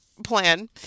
plan